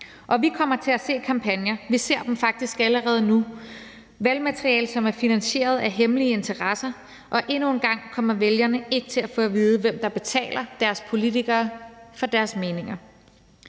og vi kommer til at se kampagner – vi ser dem faktisk allerede nu – hvor det er valgmateriale, der er finansieret af hemmelige interesser, og endnu en gang, og at vælgerne ikke til at få at vide, hvem der betaler politikerne for deres meninger.